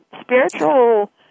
spiritual